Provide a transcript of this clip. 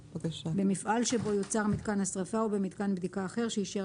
במפעל שבו יוצר מיתקן השריפה או במיתקן בדיקה אחר שאישר